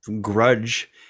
grudge